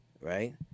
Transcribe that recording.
Right